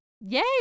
yay